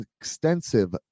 extensive